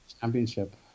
Championship